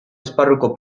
esparrutako